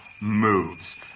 moves